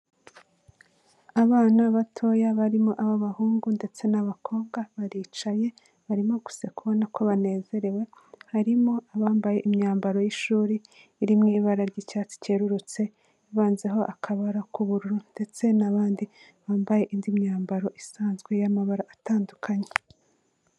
Abana batoya barimo ab'abahungu ndetse n'abakobwa baricaye barimo guseka ubona ko banezerewe. Harimo abambaye imyambaro y'ishuri iri mu ibara ry'icyatsi kerurutse ivanzeho akabara k'ubururu ndetse n'abandi bambaye indi myambaro isanzwe y'amabara atandukanye.